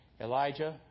Elijah